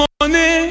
Money